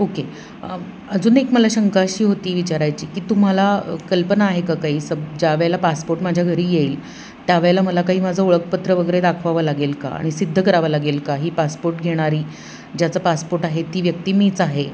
okay अजून एक मला शंका अशी होती विचारायची की तुम्हाला कल्पना आहे का काही सब ज्यावेळेला पासपोर्ट माझ्या घरी येईल त्यावेळेला मला काही माझं ओळखपत्र वगैरे दाखवावं लागेल का आणि सिद्ध करावं लागेल का ही पासपोर्ट घेणारी ज्याचं पासपोर्ट आहे ती व्यक्ती मीच आहे